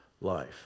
life